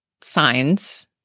signs